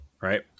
Right